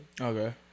Okay